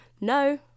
No